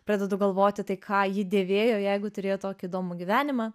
pradedu galvoti tai ką ji dėvėjo jeigu turėjo tokį įdomų gyvenimą